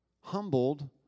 humbled